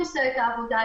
שום קריטריון בשלב הזה.